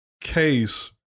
case